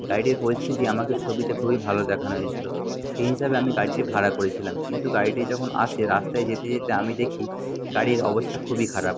গাড়িটির পরিস্থিতি আমাকে ছবিতে খুবই ভালো দেখানো হয়েছিলো সেই হিসাবে আমি গাড়িটি ভাড়া করেছিলাম কিন্তু গাড়িটি যখন আসে রাস্তায় যেতে যেতে আমি দেখি গাড়ির অবস্থা খুবই খারাপ